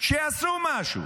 שיעשו משהו.